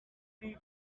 the